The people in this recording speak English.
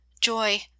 Joy